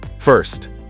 First